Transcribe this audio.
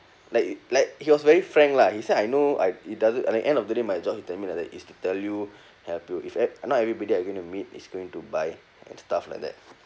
like like he was very frank lah he say I know I it doesn't at the end of the day my job he tell me like that is to tell you have to if not everybody I gonna meet is going to buy and stuff like that